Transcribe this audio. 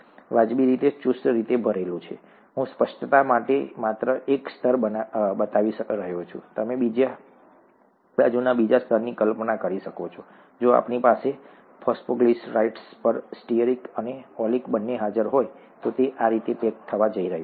વાજબી રીતે ચુસ્ત રીતે ભરેલું હું સ્પષ્ટતા માટે માત્ર એક સ્તર બતાવી રહ્યો છું તમે બીજી બાજુના બીજા સ્તરની કલ્પના કરી શકો છો જો આપણી પાસે ફોસ્ફોગ્લિસરાઈડ્સ પર સ્ટીઅરીક અને ઓલીક બંને હાજર હોય તો તે આ રીતે પેક થવા જઈ રહ્યું છે